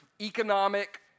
economic